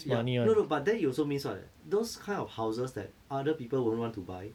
ya no no but then it also means what leh those kind of houses that other people won't want to buy